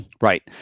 Right